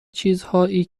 چیزهایی